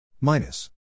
minus